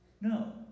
No